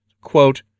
Quote